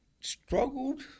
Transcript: struggled